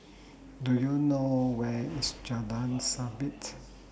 Do YOU know Where IS Jalan Sabit